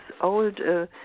old